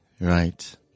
right